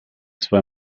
zwei